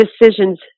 decisions